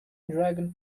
dragon